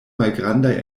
malgrandaj